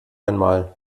einmal